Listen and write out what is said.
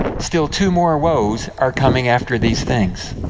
still two more woes are coming after these things.